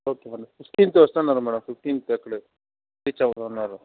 okay madam fifteenth వస్తున్నారు madam fifteenth అక్కడే reach అవుతున్నారు